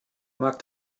markt